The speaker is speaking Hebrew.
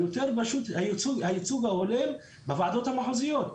יותר פשוט הייצוג ההולם בוועדות המחוזיות.